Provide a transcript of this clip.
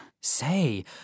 Say